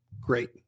great